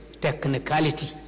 technicality